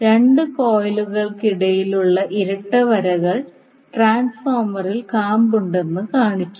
രണ്ട് കോയിലുകൾക്കിടയിലുള്ള ഇരട്ട വരകൾ ട്രാൻസ്ഫോർമറിൽ കാമ്പുണ്ടെന്ന് കാണിക്കുന്നു